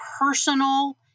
personal